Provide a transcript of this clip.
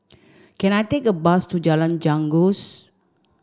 can I take a bus to Jalan Janggus